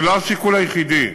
זה לא השיקול היחידי.